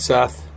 Seth